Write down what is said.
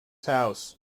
house